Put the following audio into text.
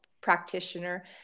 practitioner